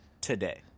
today